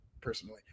personally